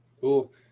Cool